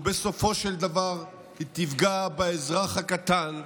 ובסופו של דבר היא תפגע באזרח הקטן,